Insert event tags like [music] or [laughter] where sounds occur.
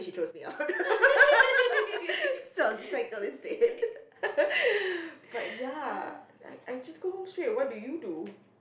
she throws me out [laughs] sounds like a but ya I I just go home straight what do you do